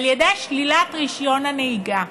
על ידי שלילת רישיון הנהיגה.